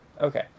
Okay